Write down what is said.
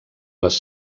les